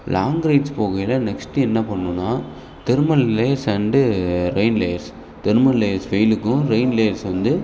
long rides போகயில next என்ன பண்ணுன்னால் thermal layers and rain layers thermal layers வெயிலுக்கும் ரெயின் லேயர்ஸ் வந்து